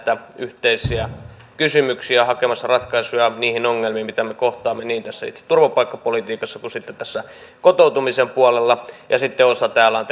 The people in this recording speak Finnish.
yhteisiä kysymyksiä hakemassa ratkaisuja niihin ongelmiin mitä me kohtaamme niin tässä itse turvapaikkapolitiikassa kuin sitten tässä kotoutumisen puolella ja sitten osa täällä on